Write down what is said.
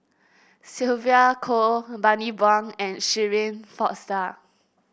Sylvia Kho Bani Buang and Shirin Fozdar